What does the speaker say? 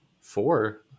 Four